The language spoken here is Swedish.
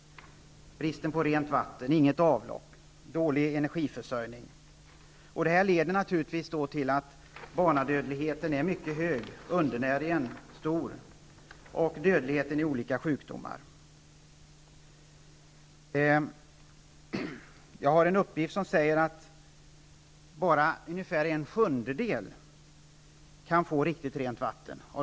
Vidare är det brist på rent vatten, och det finns inget avlopp. Energiförsörjningen är dålig. Det här leder naturligtvis till att barnadödligheten blir mycket hög, undernäringen stor och dödligheten i olika sjukdomar omfattande. Jag har en uppgift som säger att endast ungefär en sjundedel av dem som bor i Irak kan få riktigt rent vatten.